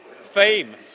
Fame